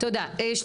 תודה.